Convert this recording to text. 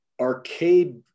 arcade